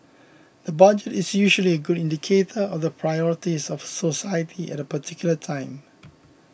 the Budget is usually a good of the priorities of society at a particular time